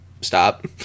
stop